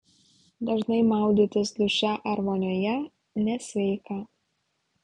dažnai maudytis duše ar vonioje nesveika